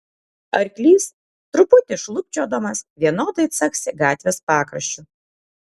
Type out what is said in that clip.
arklys truputį šlubčiodamas vienodai caksi gatvės pakraščiu